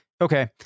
Okay